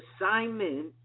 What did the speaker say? assignment